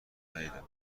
ندیدم